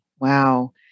Wow